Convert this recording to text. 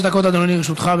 חמש דקות, אדוני, לרשותך.